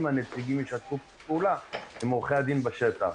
אם הנציגים ישתפו פעולה עם עורכי הדין בשטח.